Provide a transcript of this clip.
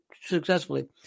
successfully